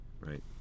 right